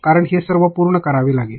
कारण हे सर्व पूर्ण करावे लागेल